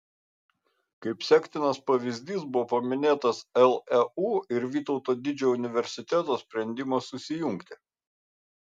kaip sektinas pavyzdys buvo paminėtas leu ir vytauto didžiojo universiteto sprendimas susijungti